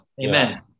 amen